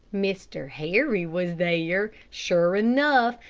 mr. harry was there, sure enough,